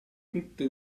tutte